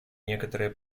некоторые